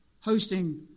hosting